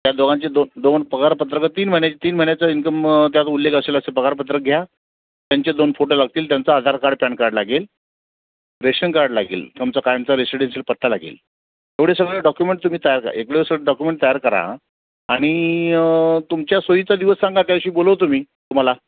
त्या दोघांचे दो दोन पगारपत्रकं तीन महिन्याचे तीन महिन्याचा इन्कम त्यात उल्लेख असेल असं पगारपत्रक घ्या त्यांचे दोन फोटो लागतील त्यांचं आधार कार्ड पॅन कार्ड लागेल रेशन कार्ड लागेल त्यांचा कायमचा रेसिडेन्शियल पत्ता लागेल एवढे सगळे डॉक्युमेंट तुम्ही तयार करा डॉक्युमेंट तयार करा आणि तुमच्या सोयीचा दिवस सांगा त्या दिवशी बोलवतो मी तुम्हाला